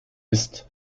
ist